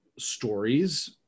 stories